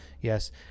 yes